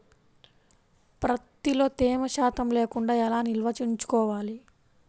ప్రత్తిలో తేమ శాతం లేకుండా ఎలా నిల్వ ఉంచుకోవాలి?